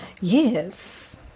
Yes